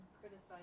criticize